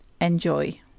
Enjoy